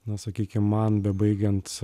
na sakykim man bebaigiant